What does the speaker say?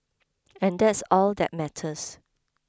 and that's all that matters